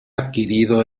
adquirido